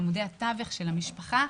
מעמודי התווך של המשפחה.